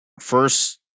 first